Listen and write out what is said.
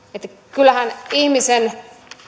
kyllähän ihmisen